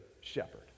shepherd